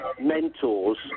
mentors